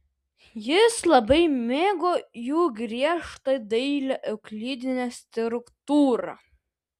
jis labai mėgo jų griežtą dailią euklidinę struktūrą